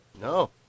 No